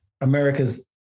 America's